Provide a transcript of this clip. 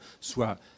soit